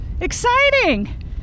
Exciting